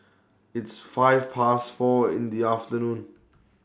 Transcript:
its five Past four in The afternoon